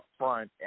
upfront